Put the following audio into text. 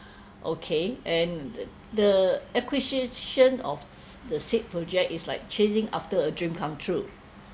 okay and the the acquisition of s~ the said project is like chasing after a dream come true